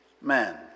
man